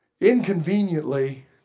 inconveniently